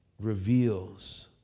reveals